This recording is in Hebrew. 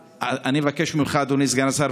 אדוני סגן השר,